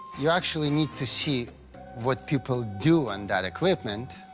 you actually need to see what people do on that equipment.